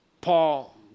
Paul